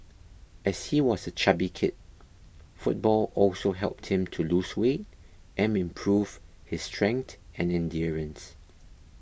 as he was a chubby kid football also helped him to lose weight and improve his strength and endurance